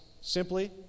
Simply